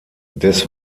des